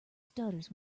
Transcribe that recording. stutters